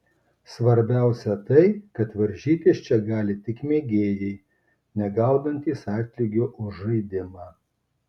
svarbiausia tai kad varžytis čia gali tik mėgėjai negaunantys atlygio už žaidimą